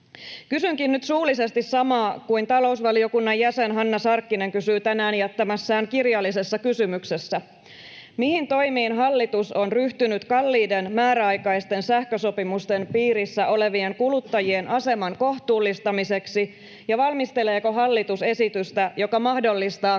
Kysynkin nyt suullisesti samaa kuin talousvaliokunnan jäsen Hanna Sarkkinen kysyi tänään jättämässään kirjallisessa kysymyksessä: Mihin toimiin hallitus on ryhtynyt kalliiden määräaikaisten sähkösopimusten piirissä olevien kuluttajien aseman kohtuullistamiseksi, ja valmisteleeko hallitus esitystä, joka mahdollistaa